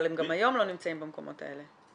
אבל הם גם היום לא נמצאים במקומות האלה.